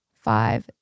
five